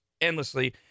endlessly